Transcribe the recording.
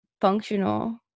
functional